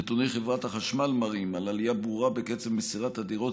נתוני חברת חשמל מראים עלייה ברורה בקצב מסירת הדירות,